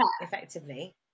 effectively